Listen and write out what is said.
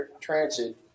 transit